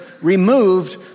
removed